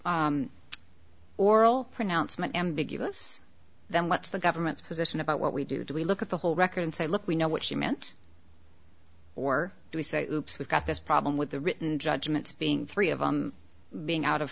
the oral pronouncement ambiguous then what's the government's position about what we do or do we look at the whole record and say look we know what she meant or do we say we've got this problem with the written judgments being three of on being out of